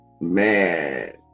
man